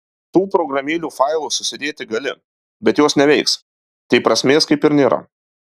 tų programėlių failus susidėti gali bet jos neveiks tai prasmės kaip ir nėra